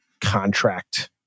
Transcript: contract